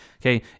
Okay